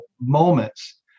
moments